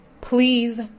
Please